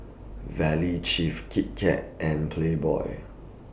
Valley Chef Kit Kat and Playboy